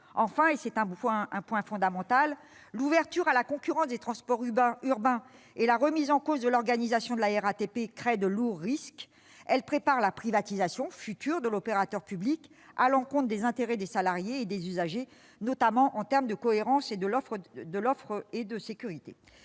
Enfin, et c'est un point fondamental, l'ouverture à la concurrence des transports urbains et la remise en cause de l'organisation de la RATP créent de lourds risques. Elles préparent la future privatisation de l'opérateur public, contre les intérêts des salariés et des usagers, notamment en termes de cohérence de l'offre et de sécurité.